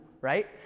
right